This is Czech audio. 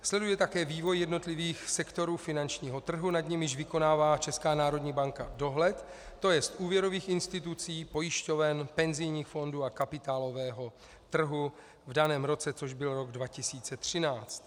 Sleduje také vývoj jednotlivých sektorů finančního trhu, nad nimiž vykonává ČNB dohled, tj. úvěrových institucí, pojišťoven, penzijních fondů a kapitálového trhu v daném roce, což byl rok 2013.